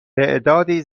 تعدادی